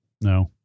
No